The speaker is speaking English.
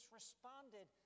responded